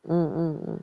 mm mm mm